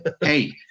Hey